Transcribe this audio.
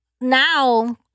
now